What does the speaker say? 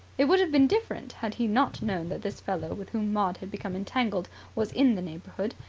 it would have been different had he not known that this fellow with whom maud had become entangled was in the neighbourhood.